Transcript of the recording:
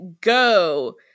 go